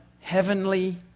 Heavenly